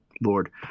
lord